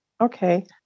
Okay